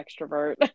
extrovert